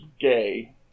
gay